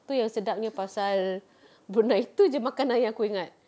itu yang sedapnya pasal brunei itu jer makanan yang aku ingat